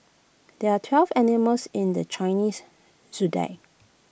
there are twelve animals in the Chinese Zodiac